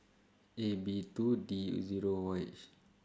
A B two D Zero H